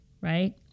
right